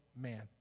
man